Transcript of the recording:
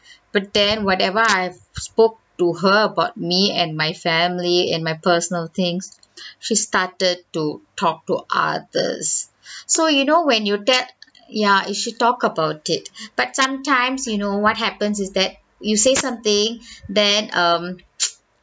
but then whatever I've spoke to her about me and my family and my personal things she started to talk to others so you know when you tell ya and she talk about it but sometimes you know what happens is that you say something then um